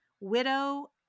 Widow